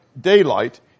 daylight